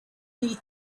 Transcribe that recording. need